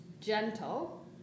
gentle